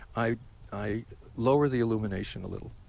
i i lower the illumination a little.